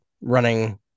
running